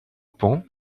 pont